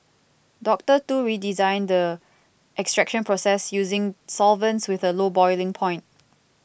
Doctor Tu redesigned the extraction process using solvents with a low boiling point